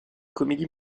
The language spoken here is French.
comédie